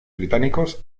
británicos